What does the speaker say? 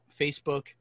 Facebook